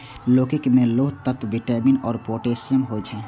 लौकी मे लौह तत्व, विटामिन आ पोटेशियम होइ छै